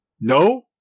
no